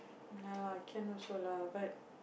ya lah can also lah but